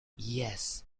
yes